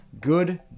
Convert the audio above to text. good